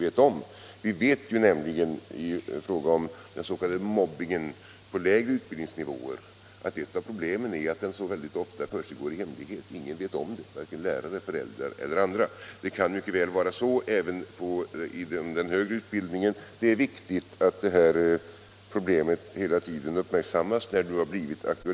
Ett av problemen med den s.k. mobbingen på lägre utbildningsnivåer är att den ofta försiggår i hemlighet; ingen vet om den, vare sig lärare, föräldrar eller andra. Det kan mycket väl vara likadant I Nr 21 inom den högre utbildningen. Det är därför viktigt att detta problem Torsdagen den hela tiden uppmärksammas sedan det blivit aktualiserat.